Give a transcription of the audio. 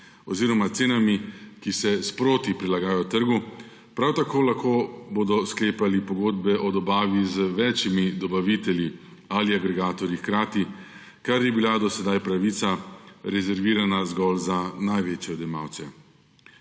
oziroma cenami, ki se sproti prilagajajo trgu. Prav tako bodo lahko sklepali pogodbe o dobavi z več dobavitelji ali agregatorji hkrati, kar je bila do sedaj pravica, rezervirana zgolj za največje odjemalce.